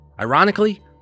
Ironically